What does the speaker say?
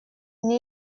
мне